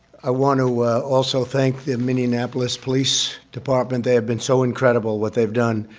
i want to also thank the minneapolis police department. they have been so incredible, what they've done.